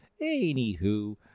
anywho